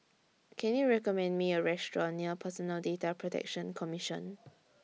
Can YOU recommend Me A Restaurant near Personal Data Protection Commission